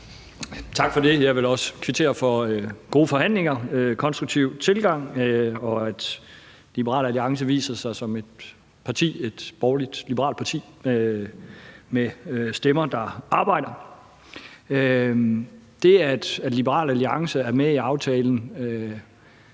Tak for det. Jeg vil også kvittere for gode forhandlinger, en konstruktiv tilgang, og at Liberal Alliance viser sig som et borgerlig-liberalt parti med stemmer, der arbejder. Det, at Liberal Alliance er med i aftalen,